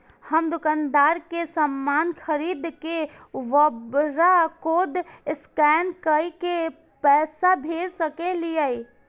हम दुकानदार के समान खरीद के वकरा कोड स्कैन काय के पैसा भेज सके छिए?